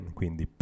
quindi